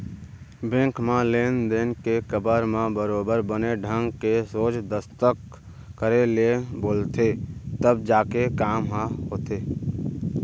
bank म लेन देन के करब म बरोबर बने ढंग के सोझ दस्खत करे ले बोलथे तब जाके काम ह होथे